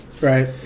Right